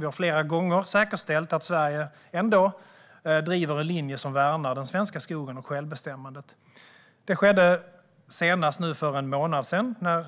Vi har flera gånger säkerställt att Sverige ändå driver en linje som värnar den svenska skogen och självbestämmandet. Det skedde senast för en månad sedan när